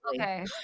okay